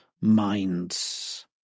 minds